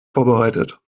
vorbereitet